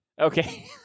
Okay